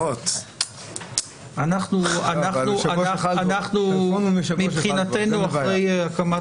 אנחנו עושים בהחלט